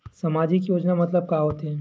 सामजिक योजना मतलब का होथे?